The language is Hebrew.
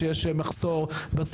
חברים,